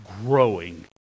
growing